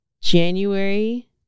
January